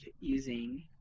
using